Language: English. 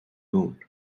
moon